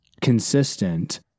consistent